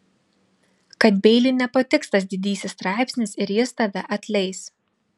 kad beiliui nepatiks tas didysis straipsnis ir jis tave atleis